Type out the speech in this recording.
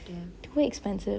too expensive